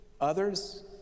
others